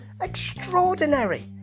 Extraordinary